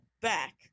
back